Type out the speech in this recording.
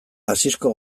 asisko